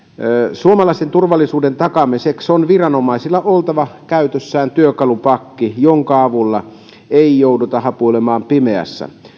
suomalaisen turvallisuuden takaamiseksi on viranomaisilla oltava käytössään työkalupakki jonka avulla ei jouduta hapuilemaan pimeässä